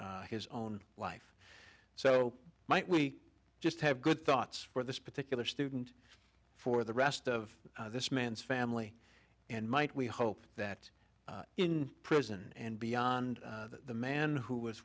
his own life so might we just have good thoughts for this particular student for the rest of this man's family and might we hope that in prison and beyond the man who was